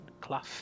Clough